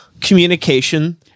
communication